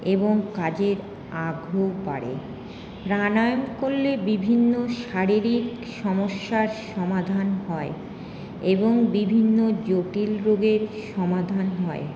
এবং কাজের আগ্রহ বাড়ে প্রাণায়াম করলে বিভিন্ন শারীরিক সমস্যার সমাধান হয় এবং বিভিন্ন জটিল রোগের সমাধান হয়